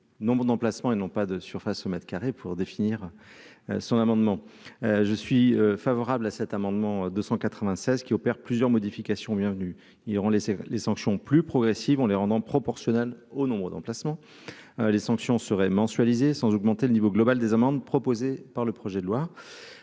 nombres d'emplacements et non pas de surface au mètre carré pour définir son amendement, je suis favorable à cet amendement 296 qui opère plusieurs modifications bienvenues, ils ont laissé les sanctions plus progressive, on les rendant proportionnel au nombre d'emplacements, les sanctions seraient mensualisés sans augmenter le niveau global des amendes proposée par le projet de loi,